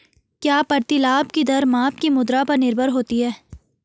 क्या प्रतिलाभ की दर माप की मुद्रा पर निर्भर होती है?